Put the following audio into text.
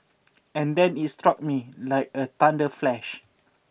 and then it struck me like a thunder flash